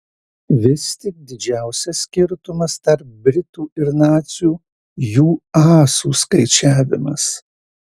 vis tik didžiausias skirtumas tarp britų ir nacių jų asų skaičiavimas